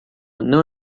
não